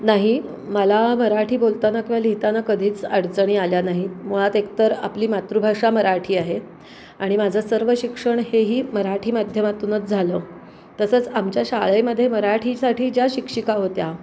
नाही मला मराठी बोलताना किंवा लिहिताना कधीच अडचणी आल्या नाहीत मुळात एकतर आपली मातृभाषा मराठी आहे आणि माझं सर्व शिक्षण हेही मराठी माध्यमातूनच झालं तसंच आमच्या शाळेमध्ये मराठीसाठी ज्या शिक्षिका होत्या